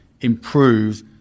improve